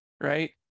right